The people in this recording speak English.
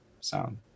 sound